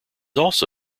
also